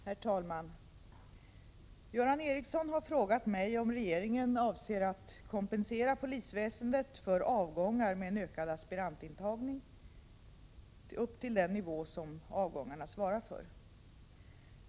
Herr talman! Göran Ericsson har frågat mig om regeringen avser att kompensera polisväsendet för avgångar med en ökad aspirantantagning upp till den nivå som avgångarna svarar för.